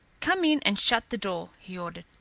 come in and shut the door, he ordered.